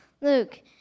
Luke